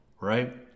right